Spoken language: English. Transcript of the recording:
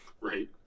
Right